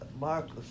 Marcus